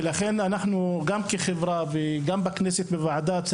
ולכן גם כחברה וגם בוועדה בכנסת אנחנו